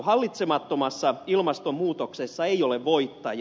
hallitsemattomassa ilmastonmuutoksessa ei ole voittajia